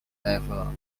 level